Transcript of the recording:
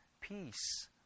Peace